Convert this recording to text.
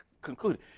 concluded